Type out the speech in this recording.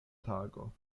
tago